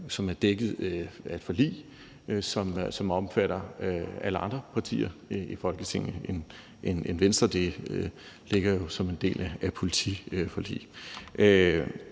som er dækket af et forlig, som omfatter alle andre partier i Folketinget end Venstre. Det ligger jo som en del af politiforliget.